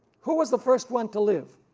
who was the first one to live?